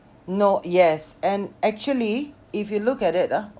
no yes and actually if you look at it ah